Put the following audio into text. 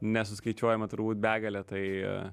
nesuskaičiuojama turbūt begalė tai